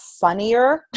funnier